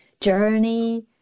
Journey